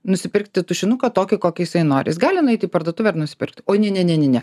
nusipirkti tušinuką tokį kokį jisai nori jis gali nueiti į parduotuvę ir nusipirkti oi ne ne ne ne ne